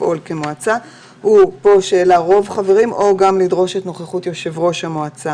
לפעול כמועצה - הוא או רוב חבריה או גם לדרוש את נוכחות ראש המועצה